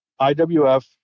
IWF